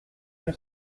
que